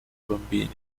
bambini